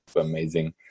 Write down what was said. amazing